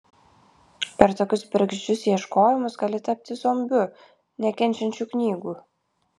per tokius bergždžius ieškojimus gali tapti zombiu nekenčiančiu knygų